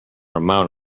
amount